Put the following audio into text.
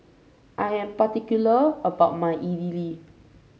I am particular about my Idili